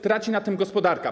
Traci na tym gospodarka.